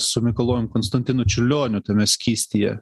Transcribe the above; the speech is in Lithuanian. su mikalojum konstantinu čiurlioniu tame skystyje